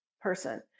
person